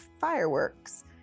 fireworks